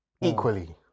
Equally